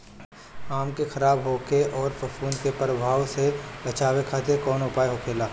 आम के खराब होखे अउर फफूद के प्रभाव से बचावे खातिर कउन उपाय होखेला?